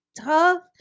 tough